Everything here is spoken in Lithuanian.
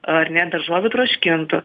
ar ne daržovių troškintų